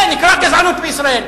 זה נקרא גזענות בישראל.